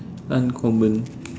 uncommon